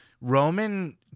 Roman